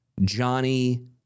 Johnny